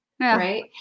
Right